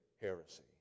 heresy